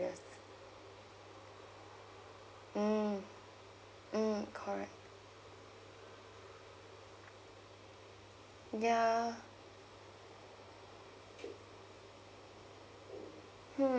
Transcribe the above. yes mm mm correct yeah hmm